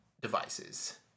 devices